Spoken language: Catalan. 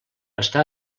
està